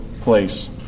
place